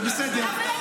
זה בסדר.